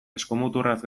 eskumuturraz